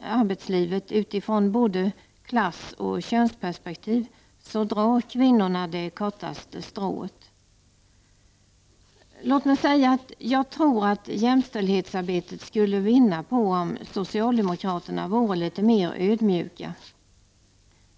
arbetslivet utifrån både klass och könsperspektiv, drar det kortaste strået. Låt mig säga att jag tror att jämställdhetsarbetet skulle vinna på om socialdemokraterna vore litet mer ödmjuka.